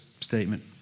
statement